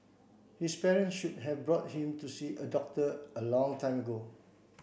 his parents should have brought him to see a doctor a long time ago